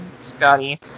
Scotty